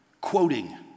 quoting